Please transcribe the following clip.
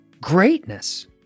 greatness